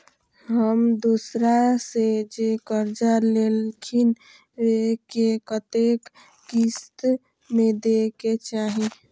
हम दोसरा से जे कर्जा लेलखिन वे के कतेक किस्त में दे के चाही?